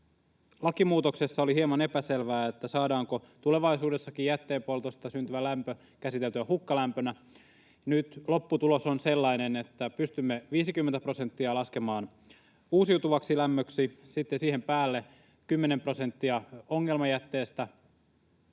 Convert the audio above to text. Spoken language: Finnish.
lakimuutoksessa oli hieman epäselvää, saadaanko tulevaisuudessakin jätteenpoltosta syntyvä lämpö käsiteltyä hukkalämpönä. Nyt lopputulos on sellainen, että pystymme 50 prosenttia laskemaan uusiutuvaksi lämmöksi, sitten siihen päälle 10 prosenttia ongelmajätteestä